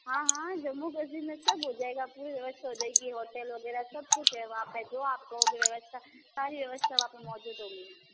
हाँ हाँ जम्मू कश्मीर में सब हो जाएगा पूरी व्यवस्था हो जाएगी होटल वगैरह सब कुछ है वहाँ पे जो आप कहोगे व्यवस्था सारी व्यवस्था वहाँ पे मौजूद होगी